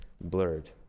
blurred